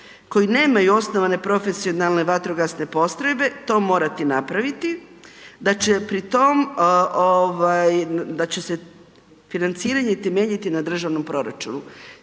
koji nemaju osnovane profesionalne vatrogasne postrojbe to morati napraviti, da će pri tom ovaj, da će se financiranje temeljiti na državnom proračunu.